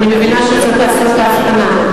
אני מבינה שצריך לעשות את ההבחנה.